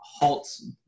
Halt's